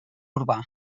urbà